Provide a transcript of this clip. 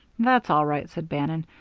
that's all right, said bannon.